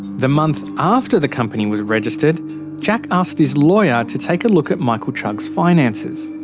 the month after the company was registered jack asked his lawyer to take a look at michael chugg's finances.